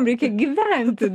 reikia gyventi